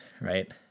right